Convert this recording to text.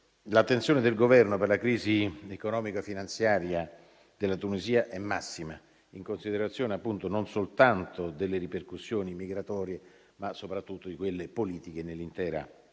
l'attenzione del Governo per la crisi economico-finanziaria della Tunisia è massima, in considerazione non soltanto delle ripercussioni migratorie, ma soprattutto di quelle politiche nell'intera